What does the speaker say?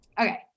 Okay